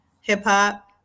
hip-hop